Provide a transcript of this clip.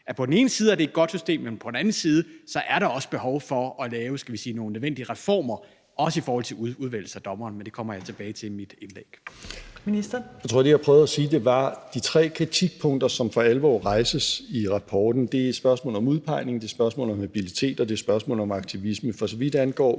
det på den ene side er et godt system, men på den anden side er der også behov for at lave, skal vi sige nogle nødvendige reformer, også i forhold til udvælgelse af dommer, men det kommer jeg tilbage til i mit indlæg. Kl. 18:23 Fjerde næstformand (Trine Torp): Ministeren. Kl. 18:23 Justitsministeren (Nick Hækkerup): Jeg tror, at det, jeg prøvede at sige, var, at de tre kritikpunkter, som for alvor rejses i rapporten, er spørgsmålet om udpegning, det er spørgsmålet om habilitet, og det er spørgsmålet om aktivisme. For så vidt angår